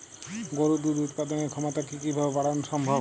গরুর দুধ উৎপাদনের ক্ষমতা কি কি ভাবে বাড়ানো সম্ভব?